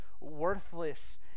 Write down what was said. worthless